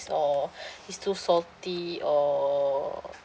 or it's too salty or